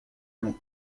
long